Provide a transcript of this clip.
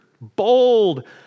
bold